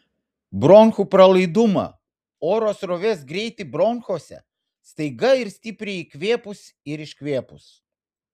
bronchų pralaidumą oro srovės greitį bronchuose staiga ir stipriai įkvėpus ir iškvėpus